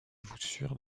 voussures